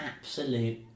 absolute